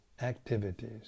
activities